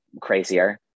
crazier